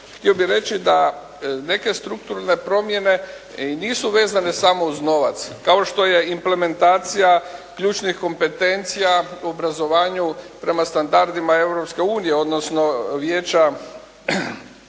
htio bih reći da neke strukturne promjene nisu vezane samo uz novac kao što je implementacija ključnih kompetencija u obrazovanju prema standardima Europske unije,